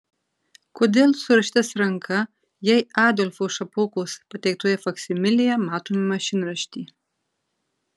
kodėl surašytas ranka jei adolfo šapokos pateiktoje faksimilėje matome mašinraštį